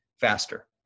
faster